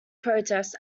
protests